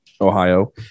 ohio